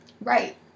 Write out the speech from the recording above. Right